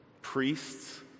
priests